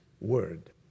word